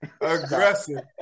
aggressive